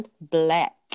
black